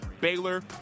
Baylor